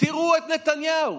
תראו את נתניהו,